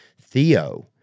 Theo